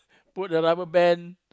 put the rubber band